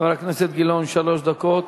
חבר הכנסת גילאון, שלוש דקות.